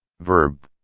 verb